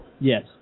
Yes